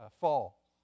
fall